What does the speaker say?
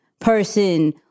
person